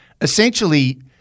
essentially